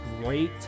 great